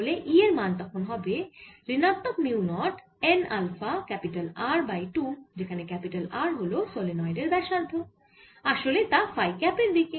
তাহলে E এর মান তখন হবে ঋণাত্মক mu naught n alpha R by 2 যেখানে R হল সলেনয়েডের ব্যাসার্ধ আসলে তা ফাই ক্যাপের দিকে